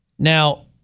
Now